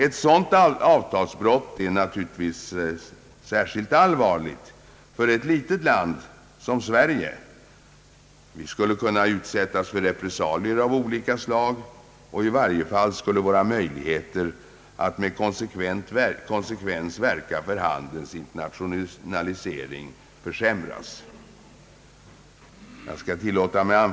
Ett sådant avtalsbrott är naturligtvis särskilt allvarligt för ett litet land som Sverige. Vi skulle kunna utsättas för repressalier av olika slag, och i varje fall skulle våra möjligheter att med konsekvens verka för handelns internationalisering försämras.